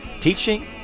Teaching